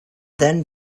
then